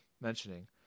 mentioning